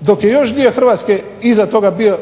dok je još dio Hrvatske iza toga bio